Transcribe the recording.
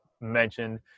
mentioned